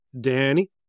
Danny